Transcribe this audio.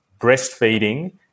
breastfeeding